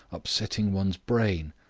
upsetting one's brain.